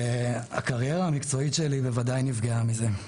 הקריירה המקצועית שלי בוודאי נפגעה מזה,